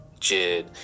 Jid